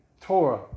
Torah